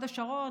הוד השרון,